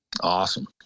Awesome